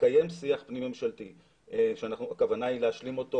מתקיים שיח פנים ממשלתי שהכוונה היא להשלים אותו